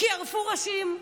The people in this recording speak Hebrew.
כי ערפו ראשים,